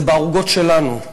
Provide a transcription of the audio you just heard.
זה בערוגות שלנו.